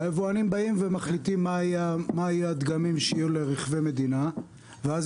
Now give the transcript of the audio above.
היבואנים באים ומחליטים מה יהיו הדגמים שיהיו לרכבי מדינה ואז